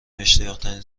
اشتیاقترین